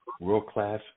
world-class